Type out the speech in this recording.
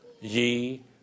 ye